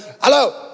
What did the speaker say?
Hello